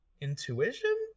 intuition